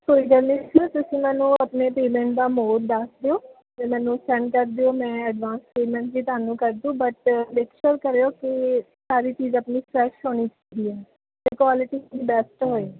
ਕੋਈ ਗੱਲ ਨਹੀਂ ਤੁਸੀਂ ਨਾ ਤੁਸੀਂ ਮੈਨੂੰ ਆਪਣੇ ਪੇਮੈਂਟ ਦਾ ਮੋਡ ਦੱਸ ਦਿਓ ਅਤੇ ਮੈਨੂੰ ਸੈਂਡ ਕਰ ਦਿਓ ਮੈਂ ਐਡਵਾਂਸ ਪੇਮੈਂਟ ਜੀ ਤੁਹਾਨੂੰ ਕਰਦੂੰ ਬਟ ਮੇਕ ਸ਼ਯੁਰ ਕਰਿਓ ਕਿ ਸਾਰੀ ਚੀਜ਼ ਆਪਣੀ ਫਰੈਸ਼ ਹੋਣੀ ਚਾਹੀਦੀ ਹੈ ਅਤੇ ਕੁਆਲਿਟੀ ਵੀ ਬੈਸਟ ਹੋਏ